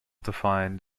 defined